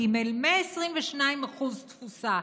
ג' 122% תפוסה,